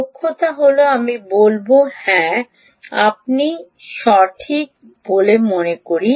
দক্ষতা হল আমি বলব হ্যাঁ আমি সঠিক বলে মনে করি